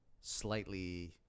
slightly